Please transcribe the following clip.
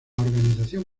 organización